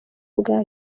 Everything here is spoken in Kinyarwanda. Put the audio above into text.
bwa